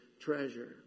treasure